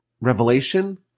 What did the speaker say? revelation